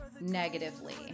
negatively